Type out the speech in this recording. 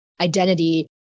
identity